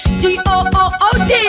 good